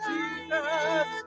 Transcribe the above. Jesus